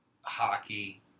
hockey